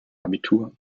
abitur